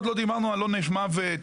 עוד לא דיברנו על עונש מוות,